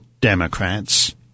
Democrats